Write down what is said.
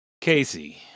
Casey